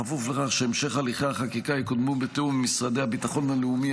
בכפוף לכך שהמשך הליכי החקיקה יקודמו בתיאום עם משרדי הביטחון הלאומי,